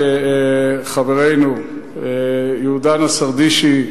שחברנו יהודה נסרדישי,